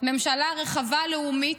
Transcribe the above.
ממשלה רחבה לאומית,